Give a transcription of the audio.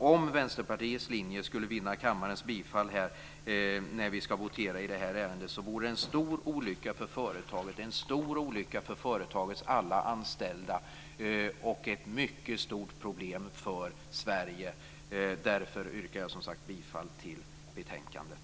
Om Vänsterpartiets linje skulle vinna kammarens bifall när vi ska votera i detta ärende vore det en stor olycka för företaget, en stor olycka för företagets alla anställda och ett mycket stort problem för Sverige. Därför yrkar jag som sagt bifall till förslaget i betänkandet.